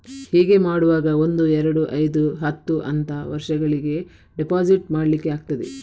ಹೀಗೆ ಮಾಡುವಾಗ ಒಂದು, ಎರಡು, ಐದು, ಹತ್ತು ಅಂತ ವರ್ಷಗಳಿಗೆ ಡೆಪಾಸಿಟ್ ಮಾಡ್ಲಿಕ್ಕೆ ಆಗ್ತದೆ